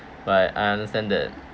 but I understand that